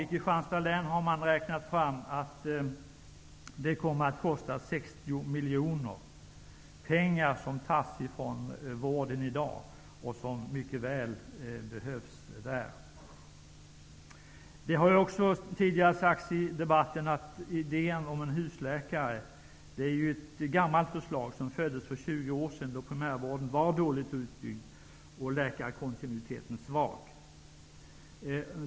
I Kristianstads län har man räknat fram att det kommar att kosta 60 miljoner, pengar som tas ifrån vården i dag och som mycket väl behövs där. Det har också sagts tidigare i debatten att idén om husläkare är gammal. Den föddes för 20 år sedan, då primärvården var dåligt utbyggd och läkarkontinuiteten svag.